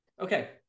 Okay